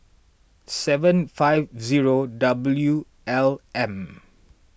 seven five zero W L M